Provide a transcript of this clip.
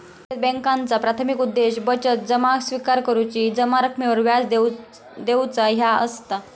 बचत बॅन्कांचा प्राथमिक उद्देश बचत जमा स्विकार करुची, जमा रकमेवर व्याज देऊचा ह्या असता